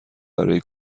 برای